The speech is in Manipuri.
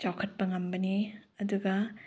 ꯆꯥꯎꯈꯠꯄ ꯉꯝꯕꯅꯤ ꯑꯗꯨꯒ